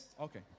Okay